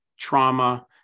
Trauma